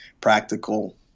practical